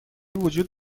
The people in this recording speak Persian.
وجود